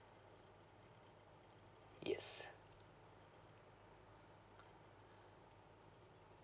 yes